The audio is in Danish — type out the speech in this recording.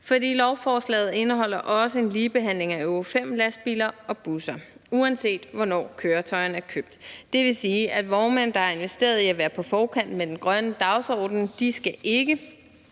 For lovforslaget indeholder også en ligebehandling af Euro V-lastbiler og busser, uanset hvornår køretøjerne er købt. Det vil sige, at vognmænd, der har investeret i at være på forkant med den grønne dagsorden, ikke skal komme